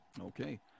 Okay